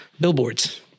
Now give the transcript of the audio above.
billboards